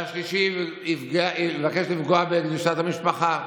והשלישי יבקש לפגוע בקדושת המשפחה.